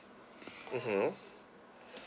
mmhmm